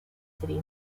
city